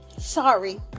sorry